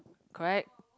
correct